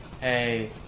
Hey